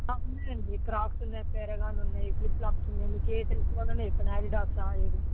ఉన్నాయండి క్రాక్స్ ఉన్నాయి పేరగాన్ ఉన్నాయి ఫ్లిప్ ఫ్లోప్స్ ఉన్నాయి మీకు ఏ టైపు కావాలన్న చెప్పండి అడిడాసా ఏది